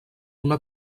una